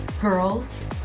Girls